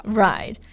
right